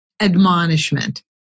admonishment